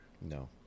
no